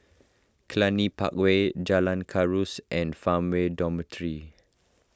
Cluny Park Way Jalan Kuras and Farmway Dormitory